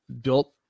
built